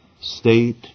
state